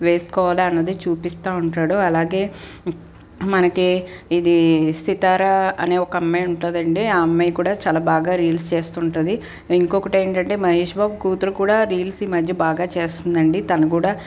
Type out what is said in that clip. వేసుకోవాల అన్నది చూపిస్తా ఉంటాడు అలాగే మనకే ఇది సితార అనే ఒక అమ్మాయి ఉంటుందండి ఆ అమ్మాయి కూడా చాలా బాగా రీల్స్ చేస్తుంటుంది ఇంకొకటి ఏంటంటే మహేష్ బాబు కూతురు కూడా రీల్స్ ఈ మధ్య బాగా చేస్తుందండి తను కూడా